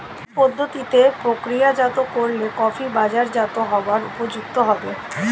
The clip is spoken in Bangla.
কি পদ্ধতিতে প্রক্রিয়াজাত করলে কফি বাজারজাত হবার উপযুক্ত হবে?